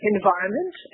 environment